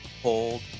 Hold